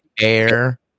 air